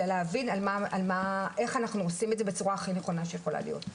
אלא להבין איך אנחנו עושים את זה בצורה הכי נכונה שיכולה להיות.